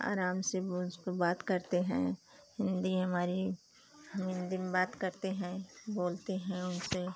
आराम से भोज पे बात करते हैं हिन्दी हमारी हम हिन्दी में बात करते हैं बोलते हैं उनसे